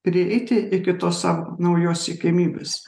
prieiti iki tos sau naujos siekiamybės